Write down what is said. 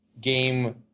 game